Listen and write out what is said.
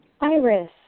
Iris